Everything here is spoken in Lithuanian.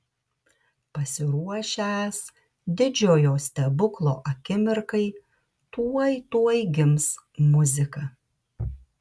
pasiruošęs didžiojo stebuklo akimirkai tuoj tuoj gims muzika